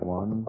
one